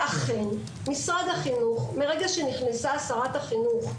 ואכן, משרד החינוך, מרגע שנכנסה שרת החינוך,